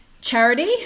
Charity